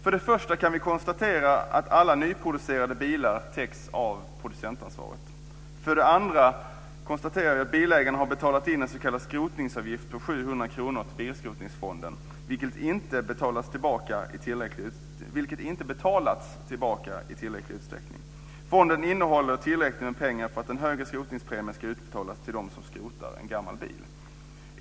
För det första kan vi konstatera att alla nyproducerade bilar täcks av producentansvaret. För det andra har bilägarna betalat in en s.k. Fonden innehåller tillräckligt med pengar för att en högre skrotningspremie ska utbetalas till dem som skrotar en gammal bil.